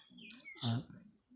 ᱟᱨ